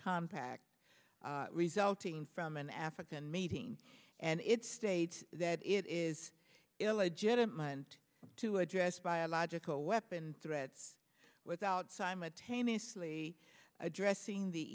compact resulting from an african meeting and it states that it is illegitimate to address biological weapon threats without simultaneously addressing the